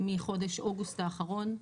מחודש אוגוסט האחרון.